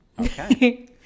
okay